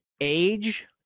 age